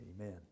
Amen